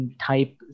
Type